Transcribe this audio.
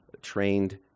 trained